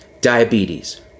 diabetes